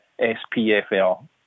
SPFL